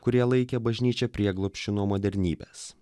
kurie laikė bažnyčią prieglobsčiu nuo modernybės